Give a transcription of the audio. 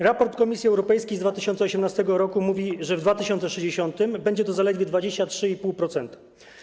Raport Komisji Europejskiej z 2018 r. mówi, że w 2060 r. będzie to zaledwie 23,5%.